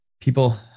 People